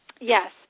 Yes